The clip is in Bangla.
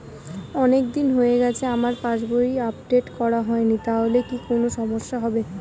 অনেকদিন হয়ে গেছে আমার পাস বই আপডেট করা হয়নি তাহলে কি কোন সমস্যা হবে?